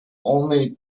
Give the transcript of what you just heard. only